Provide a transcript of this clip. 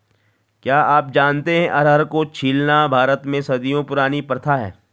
क्या आप जानते है अरहर को छीलना भारत में सदियों पुरानी प्रथा है?